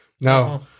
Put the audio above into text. No